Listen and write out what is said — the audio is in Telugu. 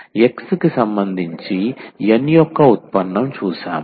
x కి సంబంధించి N యొక్క ఉత్పన్నం చూశాము